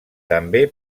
també